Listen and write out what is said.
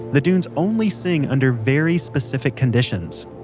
the dunes only sing under very specific conditions.